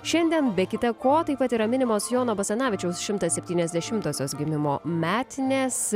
šiandien be kita ko taip pat yra minimos jono basanavičiaus šimtas septyniasdešimtosios gimimo metinės